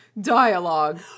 dialogue